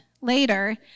later